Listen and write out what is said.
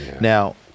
Now